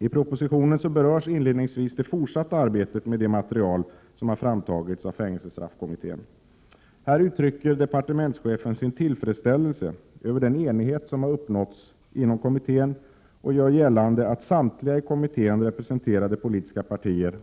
I propositionen berörs inledningsvis det fortsatta arbetet med det material som har framtagits av fängelsestraffkommittén. Departementschefen uttrycker sin tillfredsställelse över den enighet som har uppnåtts inom kommittén och gör gällande att samtliga i kommittén representerade politiska partier